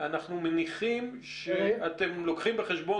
אנחנו מניחים שאתם לוקחים בחשבון